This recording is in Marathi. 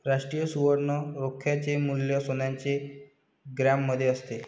राष्ट्रीय सुवर्ण रोख्याचे मूल्य सोन्याच्या ग्रॅममध्ये असते